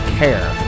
care